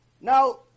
Now